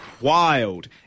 wild